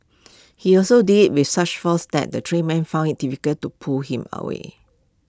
he also did IT with such force that the three men found IT difficult to pull him away